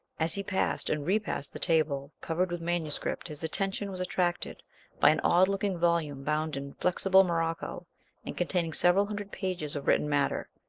as he passed and repassed the table covered with manuscript his attention was attracted by an odd-looking volume bound in flexible morocco and containing several hundred pages of written matter.